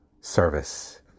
service